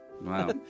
Wow